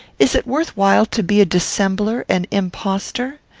is it worth while to be a dissembler and impostor?